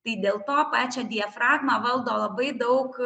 tai dėl to pačią diafragmą valdo labai daug